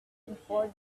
before